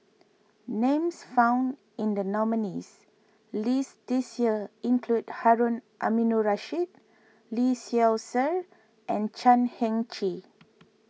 names found in the nominees' list this year include Harun Aminurrashid Lee Seow Ser and Chan Heng Chee